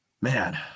Man